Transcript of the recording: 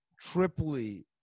triply-